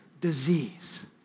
disease